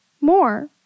more